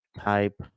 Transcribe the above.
type